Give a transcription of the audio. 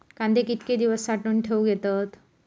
कांदे कितके दिवस साठऊन ठेवक येतत?